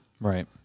Right